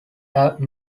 have